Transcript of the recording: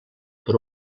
per